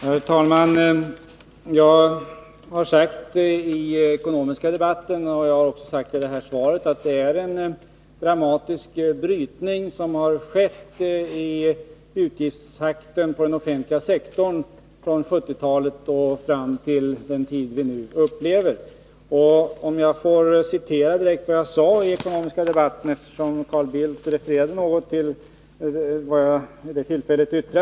Herr talman! Jag sade i den ekonomiska debatten och även i detta svar att det inom den offentliga sektorn har skett en dramatisk brytning i utgiftstakten från 1970-talet och fram till den tid vi nu upplever. Får jag då citera exakt vad jag sade i den ekonomiska debatten, eftersom Carl Bildt refererar något till det jag yttrade vid det tillfället.